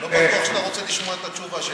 לא בטוח שאתה רוצה לשמוע את התשובה שלי.